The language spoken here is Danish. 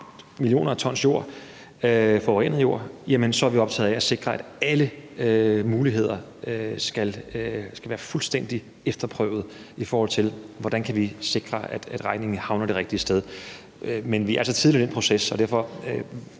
millioner af tons forurenet jord – at sikre, at alle muligheder skal være fuldstændig efterprøvede, i forhold til hvordan vi kan sikre, at regningen havner det rigtige sted. Men vi er så tidligt i den proces, og derfor